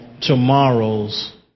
tomorrow's